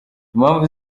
impamvu